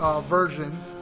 version